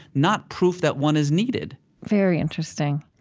not proof that one is needed very interesting.